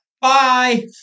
Bye